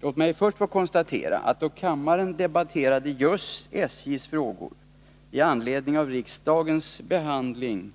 Låt mig först få konstatera att då kammaren i år debatterade just SJ i anledning av riksdagens behandling